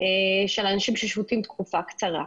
של אנשים ששפוטים לתקופה קצרה.